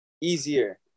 Easier